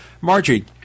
Margie